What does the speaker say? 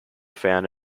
found